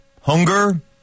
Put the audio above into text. hunger –